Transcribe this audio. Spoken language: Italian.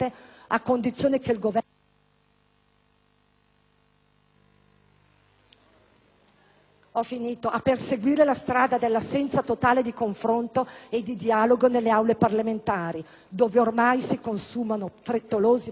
a perseguire la strada dell'assenza totale di confronto e di dialogo nelle aule parlamentari dove ormai si consumano frettolosi percorsi di ratifica di decisioni già assunte.